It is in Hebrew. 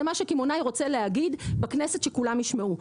זה מה שקמעונאי רוצה להגיד בכנסת שכולם ישמעו,